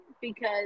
because-